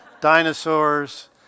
dinosaurs